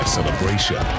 celebration